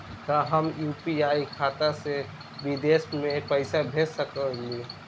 का हम यू.पी.आई खाता से विदेश म पईसा भेज सकिला?